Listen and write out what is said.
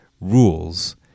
rules